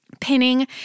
pinning